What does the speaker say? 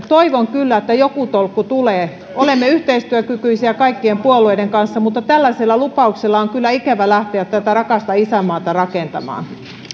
toivon kyllä että joku tolkku tulee olemme yhteistyökykyisiä kaikkien puolueiden kanssa mutta tällaisella lupauksella on kyllä ikävä lähteä tätä rakasta isänmaata rakentamaan